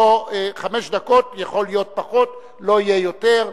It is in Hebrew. חמש דקות, יכול להיות פחות, לא יהיה יותר.